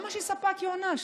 למה שספק ייענש?